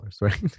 right